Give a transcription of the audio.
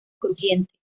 crujiente